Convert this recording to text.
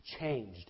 changed